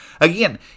Again